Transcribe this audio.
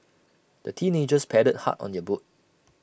the teenagers paddled hard on their boat